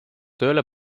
tööle